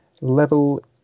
level